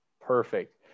Perfect